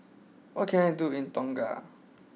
what can I do in Tonga